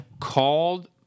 Called